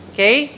Okay